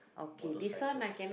motorcycles